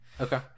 Okay